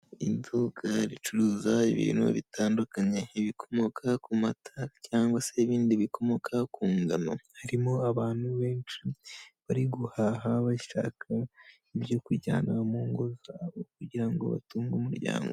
Iduka ricuruza ibintu bitandukanye, ibikomoka ku mata cyangwa se ibindi bikomoka ku ngano, harimo abantu benshi bari guhaha bashaka ibyo kujyana mu ngo zabo kugira ngo batunge umuryango.